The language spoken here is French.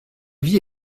vie